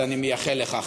ואני מייחל לך.